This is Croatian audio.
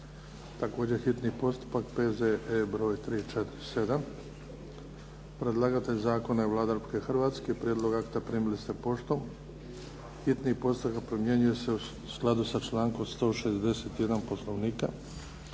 prvo i drugo čitanje, P.Z.E. broj 347 Predlagatelj zakona je Vlada Republike Hrvatske. Prijedlog akta primili ste poštom. Hitni postupak primjenjuje se u skladu sa člankom 161. Poslovnika.